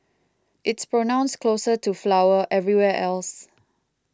it's pronounced closer to 'flower' everywhere else